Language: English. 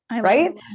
Right